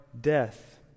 death